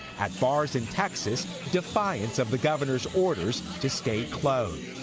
as far as in texas, defiance of the governor's orders to stay closed.